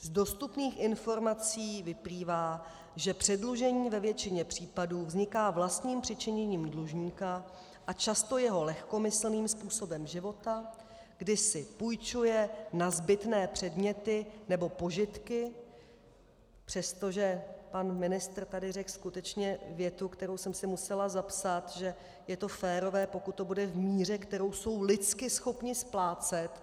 Z dostupných informací vyplývá, že předlužení ve většině případů vzniká vlastním přičiněním dlužníka a často jeho lehkomyslným způsobem života, kdy si půjčuje na zbytné předměty nebo požitky přestože pan ministr tady řekl skutečně větu, kterou jsem si musela zapsat, že je to férové, pokud to bude v míře, kterou jsou lidsky schopni splácet.